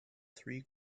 three